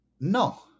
No